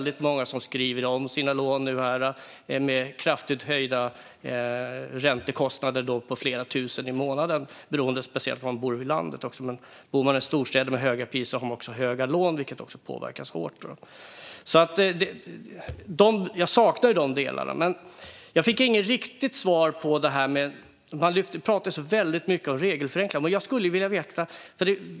Det är många som nu skriver om sina lån, med kraftigt höjda räntekostnader - flera tusen i månaden, beroende på var i landet man bor. Bor man i storstäder med höga priser har man också höga lån, vilket gör att man påverkas kraftigt. Jag saknar dessa delar. Jag fick inget riktigt svar när det gäller detta med regelförenklingar, som man pratar väldigt mycket om.